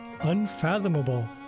Unfathomable